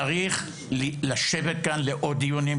צריך לשבת כאן לעוד דיונים,